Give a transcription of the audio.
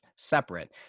separate